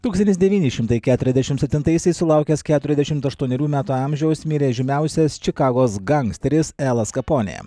tūkstantis devyni šimtai keturiasdešimt septintaisiais sulaukęs keturiasdešimt aštuonerių metų amžiaus mirė žymiausias čikagos gangsteris elas kaponė